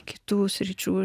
kitų sričių